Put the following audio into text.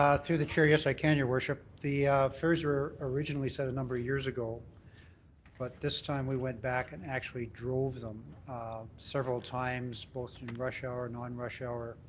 to the chair, yes, i can, your worship. the fares were originally set a number of years ago but this time we went back and actually drove them several times both in rush hour, non-rush hour.